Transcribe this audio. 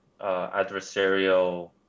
adversarial